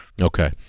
Okay